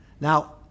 Now